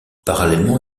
parallèlement